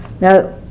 Now